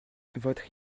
votre